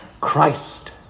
Christ